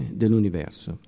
dell'universo